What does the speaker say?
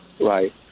Right